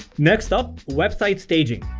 next up website staging,